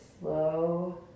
Slow